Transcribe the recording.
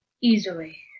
easily